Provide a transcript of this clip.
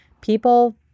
people